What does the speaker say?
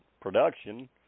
production